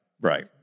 Right